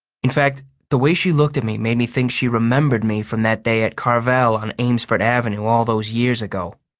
in fact, the way she looked at me made me think she remembered me from that day at carvel on amesfort avenue all those years ago.